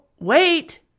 wait